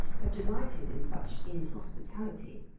have delighted in such inhospitality.